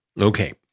Okay